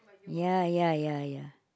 ya ya ya ya